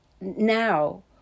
now